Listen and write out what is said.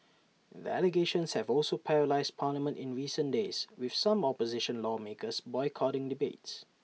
the allegations have also paralysed parliament in recent days with some opposition lawmakers boycotting debates